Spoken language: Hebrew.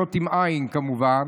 עריות עם עי"ן, כמובן,